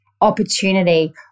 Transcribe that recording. opportunity